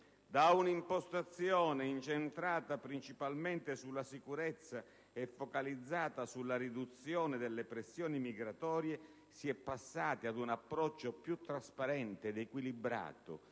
da un'impostazione incentrata principalmente sulla sicurezza e focalizzata sulla riduzione delle pressioni migratorie si è passati a un approccio più trasparente ed equilibrato,